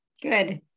Good